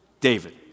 David